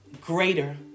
greater